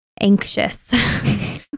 anxious